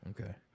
Okay